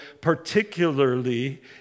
particularly